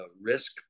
risk